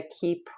keep